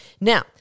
Now